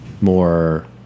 more